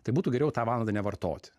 tai būtų geriau tą valandą nevartoti